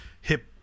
hip